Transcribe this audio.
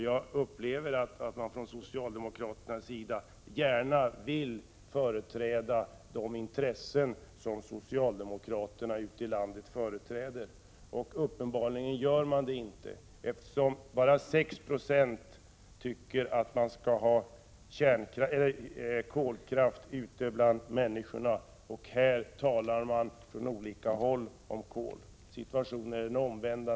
Jag upplever att socialdemokraterna här gärna vill företräda de intressen som landets socialdemokrater företräder. Men uppenbarligen gör man inte det. Det är bara 6 20 av människorna ute i landet som tycker att man skall ha kolkraft, medan det här från olika håll talas mycket om kol.